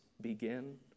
begin